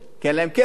כי אין להם כסף,